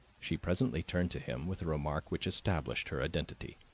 she presently turned to him with a remark which established her identity.